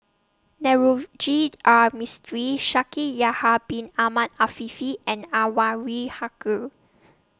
Navroji R Mistri Shaikh Yahya Bin Ahmed Afifi and Anwarul Haque